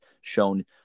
shown